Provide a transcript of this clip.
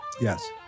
Yes